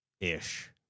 ish